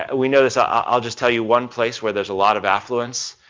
and we notice, i'll just tell you one place where there is a lot of affluence,